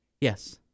Yes